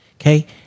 Okay